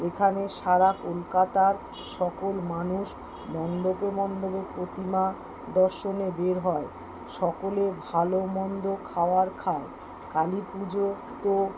এখানে সারা কলকাতার সকল মানুষ মণ্ডপে মণ্ডপে প্রতিমা দর্শনে বের হয় সকলে ভালো মন্দ খাওয়ার খায় কালী পূজো তো